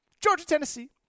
Georgia-Tennessee